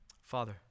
Father